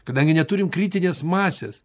kadangi neturim kritinės masės